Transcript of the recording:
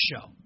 show